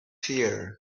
fear